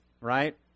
right